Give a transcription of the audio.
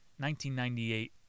1998